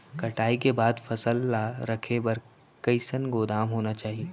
कटाई के बाद फसल ला रखे बर कईसन गोदाम होना चाही?